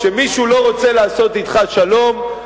כשמישהו לא רוצה לעשות אתך שלום,